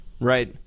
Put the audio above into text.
right